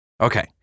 Okay